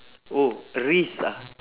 oh a risk ah